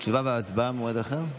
תשובה והצבעה במועד אחר?